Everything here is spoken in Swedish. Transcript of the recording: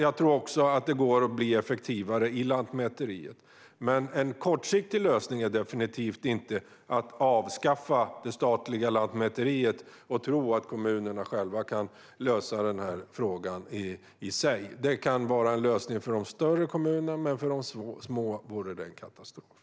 Jag tror också att man inom Lantmäteriet kan bli effektivare. På kort sikt är det definitivt ingen lösning att avskaffa det statliga Lantmäteriet och tro att kommunerna själva kan lösa frågan. Det kan vara en lösning för de större kommunerna, men för de små vore det en katastrof.